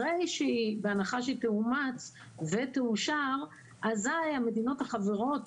בהנחה שהיא תאומץ ותאושר אזי המדינות החברות